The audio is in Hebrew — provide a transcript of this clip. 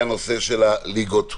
היה נושא של הליגות,